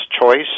choice